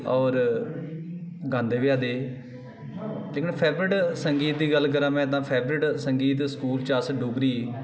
और गांदे बी हे लेकिन फैवरट संगीत दी गल्ल करां में ते फेवरट संगीत स्कूल च अस डोगरी